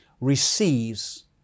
receives